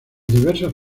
diversas